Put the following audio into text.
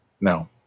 No